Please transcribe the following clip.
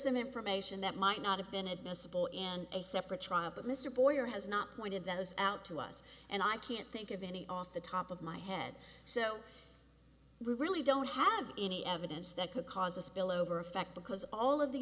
some information that might not have been admissible in a separate trial but mr boyer has not pointed those out to us and i can't think of any off the top of my head so we really don't have any evidence that could cause a spillover effect because all of the